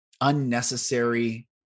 unnecessary